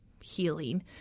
healing